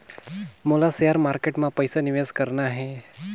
मोला share market मां पइसा निवेश करना हे?